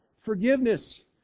forgiveness